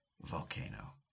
volcano